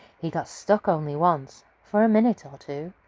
he got stuck only once, for a minute or two.